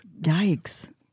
Yikes